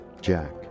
jack